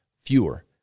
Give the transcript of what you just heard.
fewer